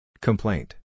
Complaint